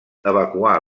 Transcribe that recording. evacuar